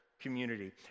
community